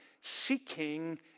seeking